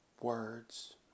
Words